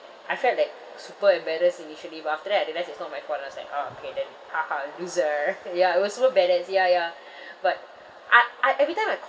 I felt like super embarrassed initially but after that I realised it's not my fault I was like ah okay then haha loser ya it was so badass ya ya but I I every time I